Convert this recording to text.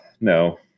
no